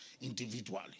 individually